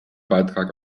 beitrag